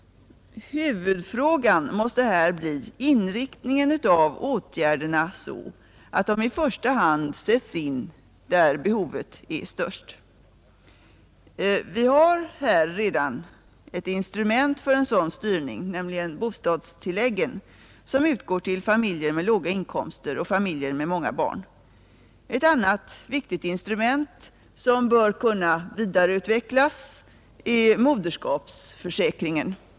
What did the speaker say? Huvudfrågan måste här bli inriktningen av åtgärderna, så att de i första hand sätts in där behovet är störst. Vi har här redan ett instrument för en sådan styrning, nämligen bostadstilläggen, som utgår till familjer med låga inkomster och familjer med många barn. Ett annat viktigt instrument som bör kunna vidareutvecklas är moderskapsförsäkringen.